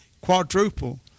quadruple